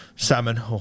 Salmon